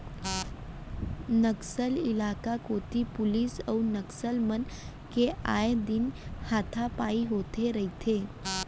नक्सल इलाका कोती पुलिस अउ नक्सल मन के आए दिन हाथापाई होथे रहिथे